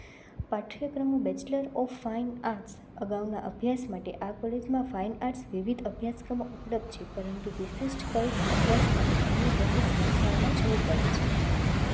પાઠ્યક્રમ bachelor of fine arts અગાઉના અભ્યાસ માટે આ કોલેજમાં ફાઈન આર્ટ્સ વિવિધ અભ્યાસક્રમો ઉપલબ્ધ છે પરંતુ વિશિષ્ટકલ્સ અભ્યાસ માટે અન્ય પ્રતિષ્ઠિત સંસ્થાઓમાં જવું પડે છે